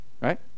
Right